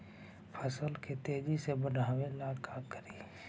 फसल के तेजी से बढ़ाबे ला का करि?